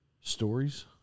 stories